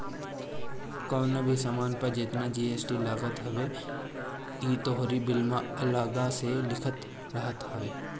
कवनो भी सामान पे जेतना जी.एस.टी लागत हवे इ तोहरी बिल में अलगा से लिखल रहत हवे